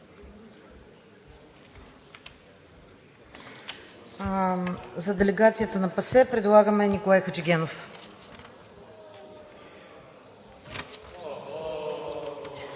За делегацията на ПАСЕ предлагаме Николай Хаджигенов.